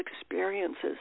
experiences